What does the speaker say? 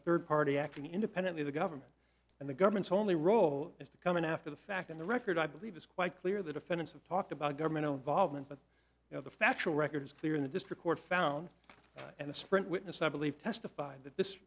third party acting independently the government and the government's only role is to come in after the fact in the record i believe it's quite clear the defendants have talked about government involvement but you know the factual record is clear in the district court found and the sprint witness i believe testified that this